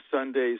Sunday's